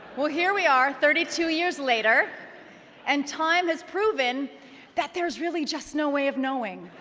well, here we are thirty two years later and time has proven that there's really just no way of knowing.